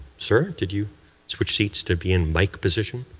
sir? did you switch seats to be in mic position?